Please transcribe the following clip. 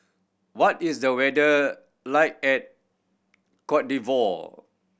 what is the weather like at Cote D'Ivoire